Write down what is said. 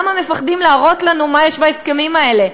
למה מפחדים להראות לנו מה יש בהסכמים האלה?